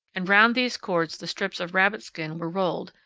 and round these cords the strips of rabbitskin were rolled,